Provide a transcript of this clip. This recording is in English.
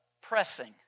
pressing